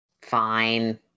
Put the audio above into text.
Fine